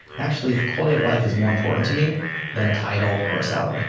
actually, if quality of life is more important to me than a title or a salary